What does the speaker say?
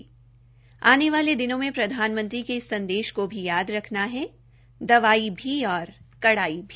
आने वाले दिनों में प्रधानमंत्री के इस संदेश को भी याद रखना है दवाई भी और कड़ाई भी